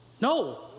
No